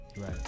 right